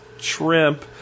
shrimp